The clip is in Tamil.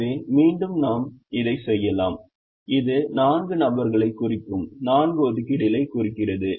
எனவே மீண்டும் நாம் இதைச் சொல்லலாம் இது நான்கு நபர்களைக் குறிக்கும் நான்கு ஒதுக்கீடுகளை குறிக்கிறது